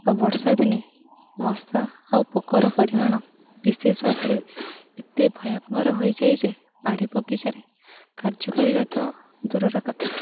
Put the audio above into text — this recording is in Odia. ଆଉ ବର୍ଷାଦିନେ ମଶା ଆଉ ପୋକର ପରିମାଣ ବିଶେଷ ଭାବରେ ଏତେ ଭୟଙ୍କର ହୋଇଯାଏ ଯେ ବାଡ଼ି ବଗିଚାରେ କାର୍ଯ୍ୟ କରିବା ତ ଦୂରର କଥା